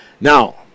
Now